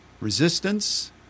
resistance